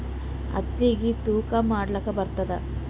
ಹತ್ತಿಗಿ ತೂಕಾ ಮಾಡಲಾಕ ಬರತ್ತಾದಾ?